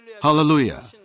Hallelujah